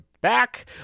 back